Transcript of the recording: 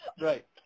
Right